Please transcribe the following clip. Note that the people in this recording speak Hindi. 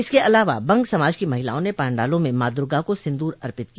इसके अलावा बंग समाज की महिलाओं ने पंडालों में मॉ दुर्गा को सिन्दूर अर्पित किया